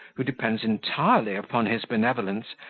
who depends entirely upon his benevolence,